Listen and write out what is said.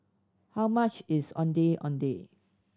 how much is Ondeh Ondeh